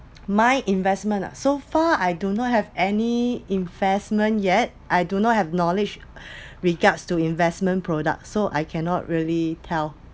my investment ah so far I do not have any investment yet I do not have knowledge regards to investment products so I cannot really tell